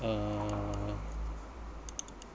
uh